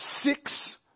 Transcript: six